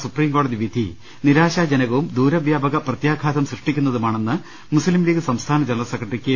സുപ്രീംകോടതി വിധി നിരാശാജനകവും ദൂരവ്യാപക പ്രത്യാഘാതം സൃഷ്ടിക്കുന്നതുമാണെന്ന് മുസ്തിം ലീഗ് സംസ്ഥാന ജനറൽ സെക്രട്ടറി കെ